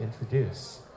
introduce